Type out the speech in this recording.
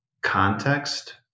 context